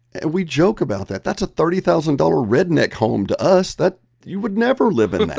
and we joke about that. that's a thirty thousand dollars redneck home to us. that you would never live in